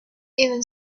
even